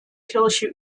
kirche